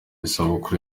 isabukuru